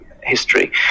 History